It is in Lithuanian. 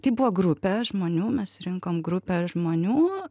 tai buvo grupė žmonių mes rinkom grupę žmonių